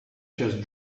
just